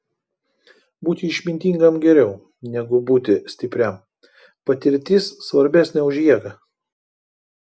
būti išmintingam geriau negu būti stipriam patirtis svarbesnė už jėgą